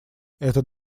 этот